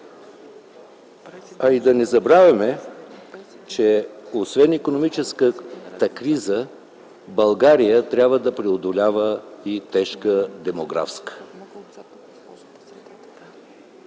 А и да не забравяме, че освен икономическата криза, България трябва да преодолява и тежка демографска.